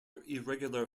irregular